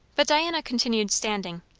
but diana continued standing.